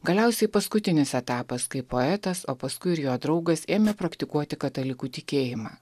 galiausiai paskutinis etapas kai poetas o paskui ir jo draugas ėmė praktikuoti katalikų tikėjimą